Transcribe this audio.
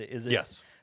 Yes